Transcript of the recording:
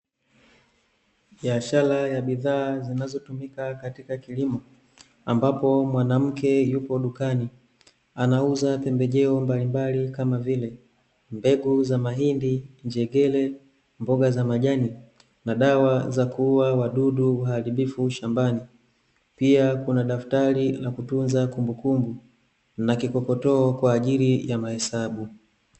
Biashara ya bidhaa zinazotumika katika kilimo, ambapo mwanamke yupo dukani, anauza pembejeo mbalimbali kama vile: mbegu za mahindi, njegere, mboga za majani, na dawa za kuua wadudu waharibifu shambani. Pia kuna daftari la kutunza kumbukumbu, na kikokotoo kwa ajili ya mahesabu.